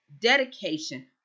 dedication